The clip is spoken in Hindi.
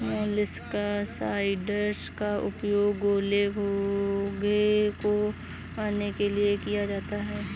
मोलस्कसाइड्स का उपयोग गोले, घोंघे को मारने के लिए किया जाता है